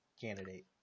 candidate